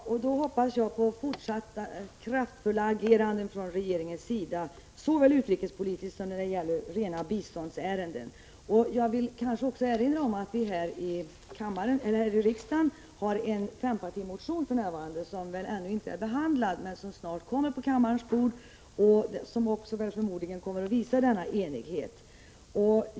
Prot. 1985/86:33 Herr talman! Då hoppas jag på fortsatt kraftfullt agerande från regering 21 november 1985 ens sida såväl utrikespolitiskt som när det gäller rena biståndsärenden. TE SEE Tse Jag vill erinra om att vi här i riksdagen för närvarande har en fempartimo Om ökat bistånd till tion, som ännu inte är behandlad, men som snart kommer på kammarens Sydafrikas grannländer bord och som förmodligen kommer att visa denna enighet.